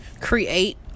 Create